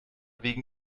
wegen